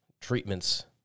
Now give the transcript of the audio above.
treatments